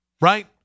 Right